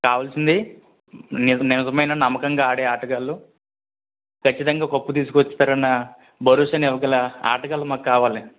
కావాల్సింది నిజ నిజమైన నమ్మకంగా ఆడే ఆటగాళ్ళు ఖచ్చితంగా కప్పు తీసుకొస్తారన్న భరోసానివ్వగల ఆటగాళ్ళు మాకు కావాలి